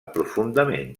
profundament